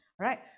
right